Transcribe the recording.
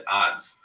odds